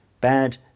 bad